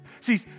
See